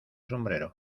sombrero